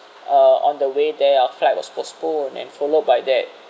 uh on the way there our flight was postponed and followed by that